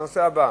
בנושא הבא,